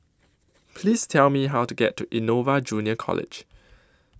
Please Tell Me How to get to Innova Junior College